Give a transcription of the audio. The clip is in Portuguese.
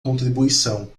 contribuição